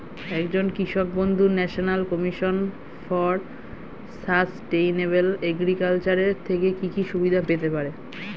একজন কৃষক বন্ধু national commission for sustainable agriculture এর থেকে কি কি সুবিধা পেতে পারে?